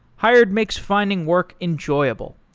hired makes finding work enjoyable.